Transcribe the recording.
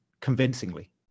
convincingly